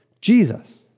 Jesus